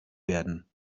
werden